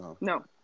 No